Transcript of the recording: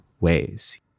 ways